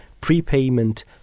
prepayment